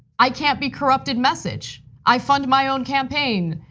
i can't be corrupted, message. i fund my own campaign.